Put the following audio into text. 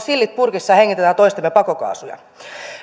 sillit purkissa ja hengitämme toistemme pakokaasuja